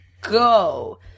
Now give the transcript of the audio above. go